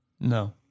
No